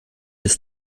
des